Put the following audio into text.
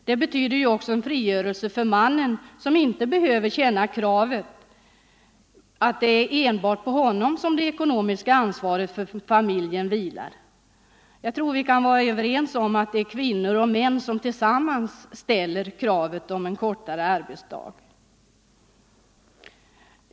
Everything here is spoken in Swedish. Det betyder ju också en frigörelse för mannen, som inte behöver känna kravet att det är enbart på honom som det ekonomiska ansvaret för familjen vilar. Jag tror vi kan vara överens om att det är kvinnor och män som tillsammans ställer kravet på en kortare arbetsdag.